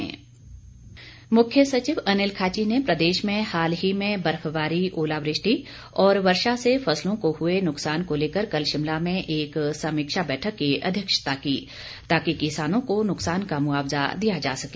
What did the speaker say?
मुख्य सचिव मुख्य सचिव अनिल खाची ने प्रदेश में हाल ही में बर्फबारी ओलावृष्टि और वर्षा से फसलों को हुए नुकसान को लेकर कल शिमला में एक समीक्षा बैठक की अध्यक्षता की ताकि किसानों को नुकसान का मुआवजा दिया जा सके